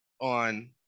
on